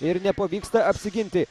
ir nepavyksta apsiginti